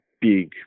big